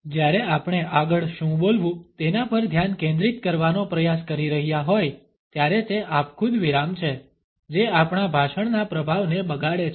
જ્યારે આપણે આગળ શું બોલવું તેના પર ધ્યાન કેન્દ્રિત કરવાનો પ્રયાસ કરી રહ્યા હોય ત્યારે તે આપખુદ વિરામ છે જે આપણા ભાષણના પ્રભાવને બગાડે છે